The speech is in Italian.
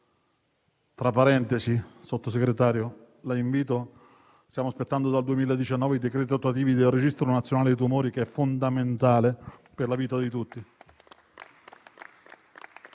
al signor Sottosegretario: stiamo aspettando dal 2019 i decreti attuativi del Registro nazionale dei tumori, che è fondamentale per la vita di tutti.